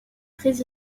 très